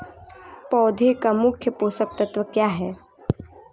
पौधे का मुख्य पोषक तत्व क्या हैं?